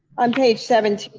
on page seventeen,